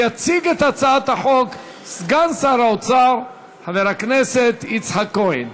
יציג את הצעת החוק סגן שר האוצר חבר הכנסת יצחק כהן.